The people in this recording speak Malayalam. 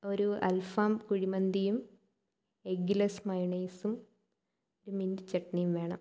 ഒരു അൽഫാം കുഴിമന്തിയും എഗ്ഗ്ലെസ് മയോണൈസും മിൻറ്റ് ചട്ണിയും വേണം